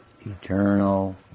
Eternal